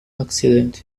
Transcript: accidente